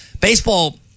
baseball